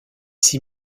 six